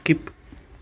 skip